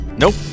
Nope